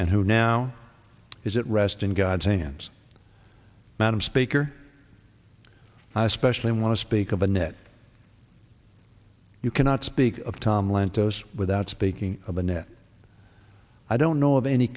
and who now is at rest in god's hands madam speaker i especially want to speak of a net you cannot speak of to lantos without speaking of annette i don't know of any